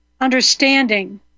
understanding